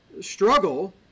struggle